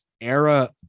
era